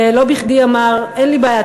שלא בכדי אמר: אין לי בעיה,